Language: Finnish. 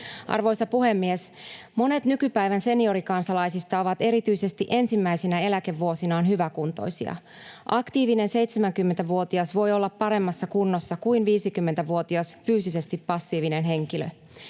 Arvoisa puhemies! Monet nykypäivän seniorikansalaisista ovat erityisesti ensimmäisinä eläkevuosinaan hyväkuntoisia. Aktiivinen 70-vuotias voi olla paremmassa kunnossa kuin 50-vuotias fyysisesti passiivinen henkilö.